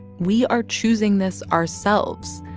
we are choosing this ourselves.